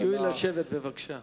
תואיל לשבת בבקשה.